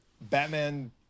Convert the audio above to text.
Batman